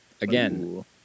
Again